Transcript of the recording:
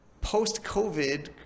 post-Covid